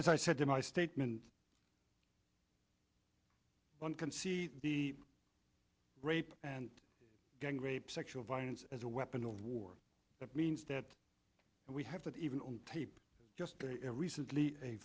as i said to my statement one can see the rape and gang rape sexual violence as a weapon of war that means that we have that even on paper just recently a